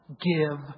give